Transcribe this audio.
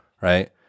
right